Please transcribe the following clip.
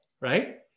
right